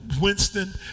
Winston